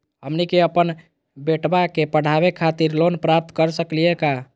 हमनी के अपन बेटवा क पढावे खातिर लोन प्राप्त कर सकली का हो?